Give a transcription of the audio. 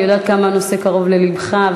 אני יודעת כמה הנושא קרוב ללבך,